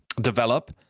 develop